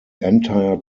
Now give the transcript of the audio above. entire